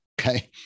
Okay